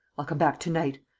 i'll come back to-night.